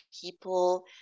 people